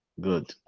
Good